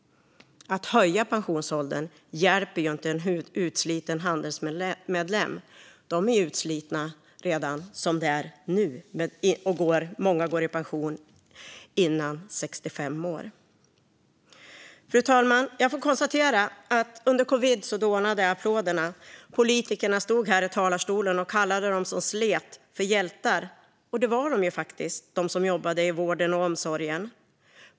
Att höja pensionsåldern hjälper ju inte en utsliten handelsmedlem; de är ju utslitna redan som det är nu, och många går i pension före 65. Fru talman! Under covid dånade applåderna, och politiker kallade dem som slet för hjältar, vilket de som jobbade i vård och omsorg faktiskt var.